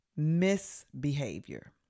misbehavior